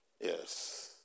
Yes